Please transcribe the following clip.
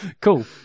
Cool